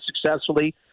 successfully